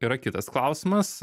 yra kitas klausimas